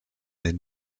den